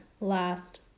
last